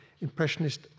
Impressionist